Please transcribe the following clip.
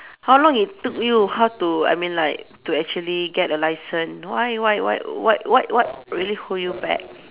how long it took you how to I mean like to actually get a licence why why why what what what really hold you back